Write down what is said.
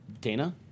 Dana